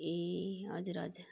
ए हजुर हजुर